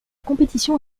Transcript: compétition